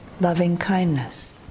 loving-kindness